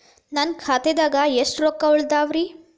ನನ್ನ ಖಾತೆದಾಗ ಎಷ್ಟ ರೊಕ್ಕಾ ಉಳದಾವ್ರಿ?